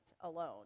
alone